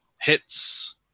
hits